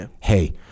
Hey